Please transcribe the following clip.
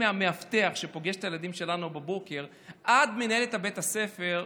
מהמאבטח שפוגש את הילדים שלנו בבוקר עד מנהלת בית הספר,